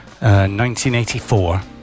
1984